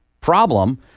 problem